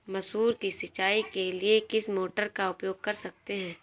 मसूर की सिंचाई के लिए किस मोटर का उपयोग कर सकते हैं?